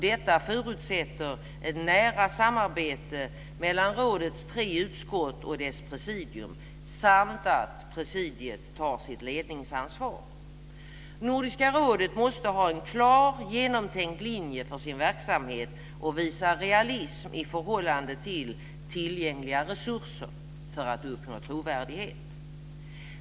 Detta förutsätter ett nära samarbete mellan rådets tre utskott och dess presidium samt att presidiet tar sitt ledningsansvar. Nordiska rådet måste ha en klar genomtänkt linje för sin verksamhet och visa realism i förhållande till tillgängliga resurser för att uppnå trovärdighet.